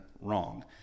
wrong